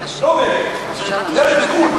השר: זה פראוור, לא בגין.